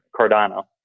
Cardano